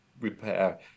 repair